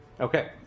Okay